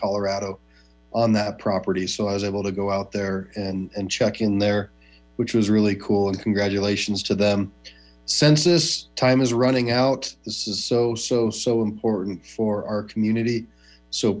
colorado on that property so i was able to go out there and check in there which was really cool and congratulations to them census time is running out this is so so so important for our community so